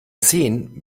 sehen